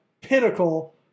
pinnacle